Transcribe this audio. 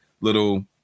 little